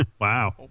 Wow